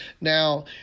Now